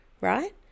right